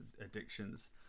addictions